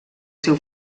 seu